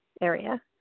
area